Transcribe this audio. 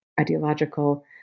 ideological